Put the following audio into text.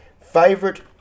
favorite